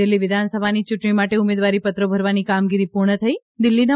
દિલ્ફી વિધાનસભાની ચૂંટણી માટે ઉમેદવારીપત્રો ભરવાની કામગીરી પૂર્ણ થઇ દિલ્ફીના